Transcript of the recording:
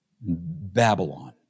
Babylon